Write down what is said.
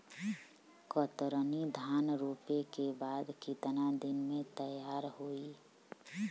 कतरनी धान रोपे के बाद कितना दिन में तैयार होई?